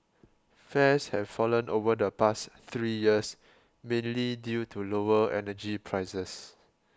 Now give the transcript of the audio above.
fares have fallen over the past three years mainly due to lower energy prices